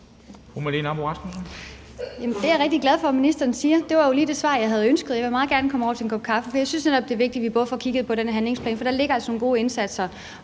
Det er jeg rigtig glad for at ministeren siger. Det var jo lige det svar, jeg havde ønsket. Jeg vil meget gerne komme over til en kop kaffe, for jeg synes netop, det er vigtigt, at vi også får kigget på den handlingsplan, for der ligger altså nogle gode indsatser.